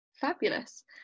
Fabulous